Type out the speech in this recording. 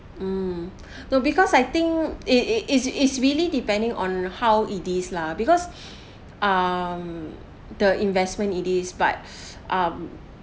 mm no because I think it it it's it's really depending on how it is lah because um the investment it is but um